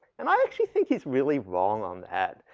and i actually think he's really wrong on that.